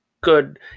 good